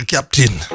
Captain